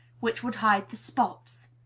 which would hide the spots.